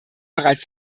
bereits